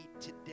today